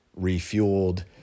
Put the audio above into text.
refueled